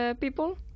people